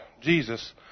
Jesus